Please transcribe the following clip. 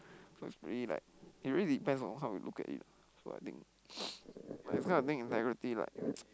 because it's really like it really depends on how you look at it ah so I think this kind of thing integrity lah